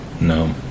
No